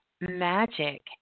Magic